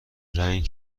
رنگ